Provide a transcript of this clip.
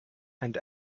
and